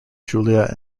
julia